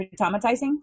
traumatizing